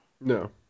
No